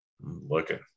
Looking